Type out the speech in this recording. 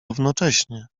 równocześnie